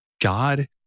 God